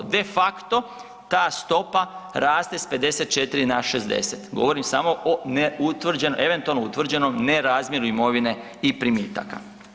De facto ta stopa raste s 54 na 60, govorim samo o eventualno utvrđenom nerazmjeru imovine i primitaka.